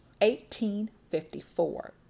1854